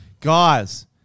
guys